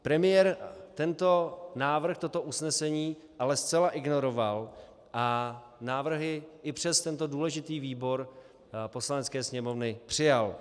Premiér ale tento návrh, toto usnesení zcela ignoroval a návrhy i přes tento důležitý výbor Poslanecké sněmovny přijal.